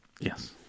Yes